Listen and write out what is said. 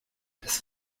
das